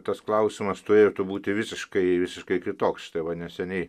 tas klausimas turėtų būti visiškai visiškai kitoks štai va neseniai